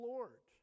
Lord